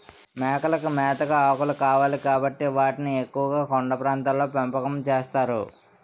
మేకలకి మేతగా ఆకులు కావాలి కాబట్టి వాటిని ఎక్కువుగా కొండ ప్రాంతాల్లో పెంపకం చేస్తారు